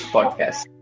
Podcast